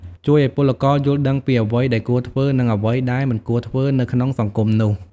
ជួយឱ្យពលករយល់ដឹងពីអ្វីដែលគួរធ្វើ និងអ្វីដែលមិនគួរធ្វើនៅក្នុងសង្គមនោះ។